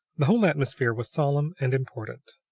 the whole atmosphere was solemn and important.